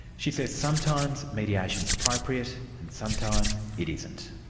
she says sometimes mediation's appropriate and sometimes it isn't.